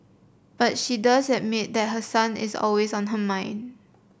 but she does admit that her son is always on her mind